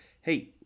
hey